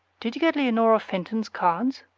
did you get leonora fenton's cards?